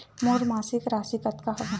मोर मासिक राशि कतका हवय?